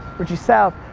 richie south.